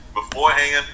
beforehand